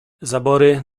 zabory